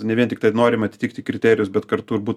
ne vien tiktai norim atitikti kriterijus bet kartu ir būt